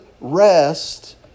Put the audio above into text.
rest